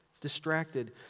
distracted